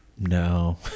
No